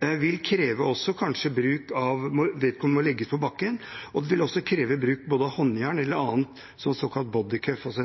vil kanskje også kreve at vedkommende må legges på bakken. Det vil også kreve bruk av håndjern eller «bodycuffs» –